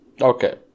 Okay